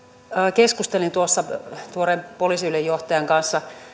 keskustelin tuossa tuoreen poliisiylijohtajan kanssa